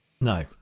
No